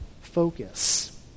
focus